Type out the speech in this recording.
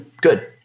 good